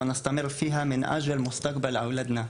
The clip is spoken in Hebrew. ואנחנו מחויבים להמשיך בה למען העתיד של הילדים שלנו.